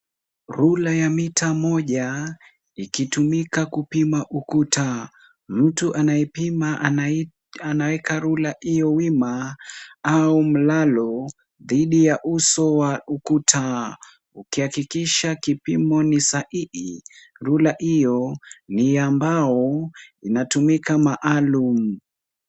Rula ya mita moja ikitumika kupima ukuta. Mtu anayepima anaweka rula hiyo wima au mlalo dhidi ya uso wa ukuta ukihakikisha kipimo ni sahihi. Rula hiyo ni ya mbao inatumika maalum.